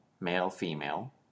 male-female